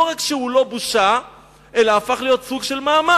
לא רק שהוא בושה אלא הוא הפך להיות סוג של מעמד: